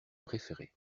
préférée